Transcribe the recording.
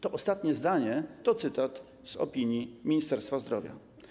To ostatnie zdanie to cytat z opinii Ministerstwa Zdrowia.